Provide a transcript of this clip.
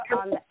on